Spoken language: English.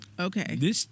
Okay